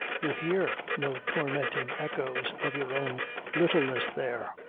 you hear no tormenting echoes of your own littleness there,